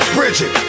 Bridget